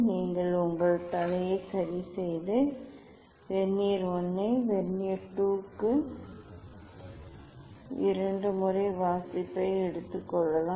நீங்கள் உங்கள் தலையை சரிசெய்து வெர்னியர் I வெர்னியர் II க்கு இரண்டு முறை வாசிப்பை எடுத்துக் கொள்ளலாம்